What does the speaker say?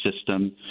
system